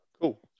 Cool